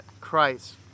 Christ